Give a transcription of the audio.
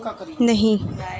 نہیں